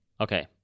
Okay